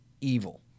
evil